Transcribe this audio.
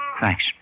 Thanks